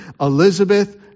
Elizabeth